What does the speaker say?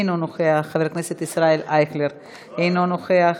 אינו נוכח, חבר הכנסת ישראל אייכלר, אינו נוכח,